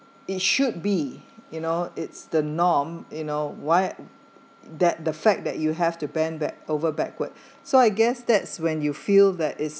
it should be you know it's the norm you know why that the fact that you have to bend back over backwards so I guess that's when you feel that is